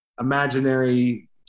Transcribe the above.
imaginary